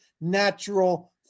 Natural